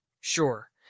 Sure